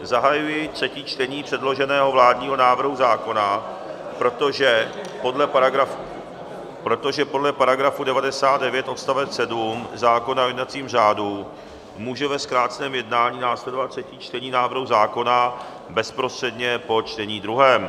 Zahajuji třetí čtení předloženého vládního návrhu zákona, protože podle § 99 odst. 7 zákona o jednacím řádu může ve zkráceném jednání následovat třetí čtení návrhu zákona bezprostředně po čtení druhém.